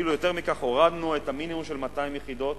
יותר מכך, הורדנו את המינימום של 200 יחידות